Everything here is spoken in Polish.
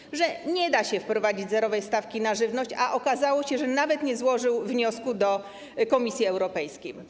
Mówił, że nie da się wprowadzić zerowej stawki na żywność, a okazało się, że nawet nie złożył wniosku do Komisji Europejskiej.